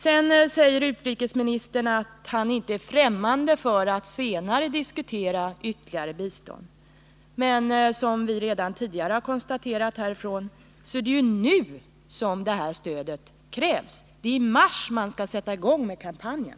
Utrikesministern säger vidare att han inte är ffrämmande för att senare diskutera ytterligare bistånd. Men som vi redan har konstaterat är det ju nu som det här stödet krävs. Det är i mars man skall sätta i gång med kampanjen.